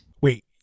Wait